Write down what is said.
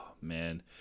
man